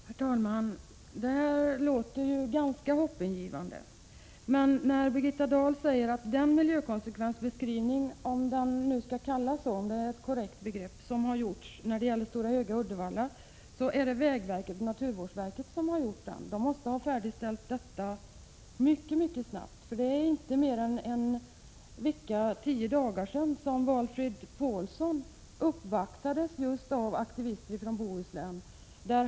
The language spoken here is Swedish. Herr talman! Det här låter ju ganska hoppingivande. Men när Birgitta Dahl säger att den miljökonsekvensbeskrivning — om det nu är korrekt att använda det begreppet härvidlag — som har gjorts när det gäller vägen Stora Höga-Uddevalla har utförts av vägverket och naturvårdsverket. Då måste det hela ha färdigställts mycket, mycket snabbt, för det är inte mer än en vecka eller tio dagar sedan Valfrid Paulsson uppvaktades just av aktivister från Bohuslän.